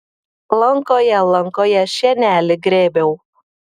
lankoje lankoje šienelį grėbiau